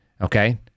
okay